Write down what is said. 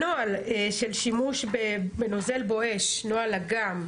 הנוהל של שימוש בנוזל "בואש", נוהל אג"מ